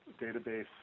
database